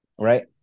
Right